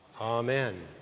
amen